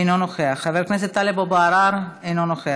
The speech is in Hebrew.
אינו נוכח, חבר הכנסת טלב אבו עראר, אינו נוכח,